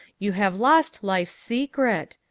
you have lost life's secret.